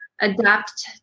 adapt